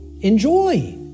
enjoy